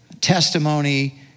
testimony